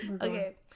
Okay